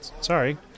sorry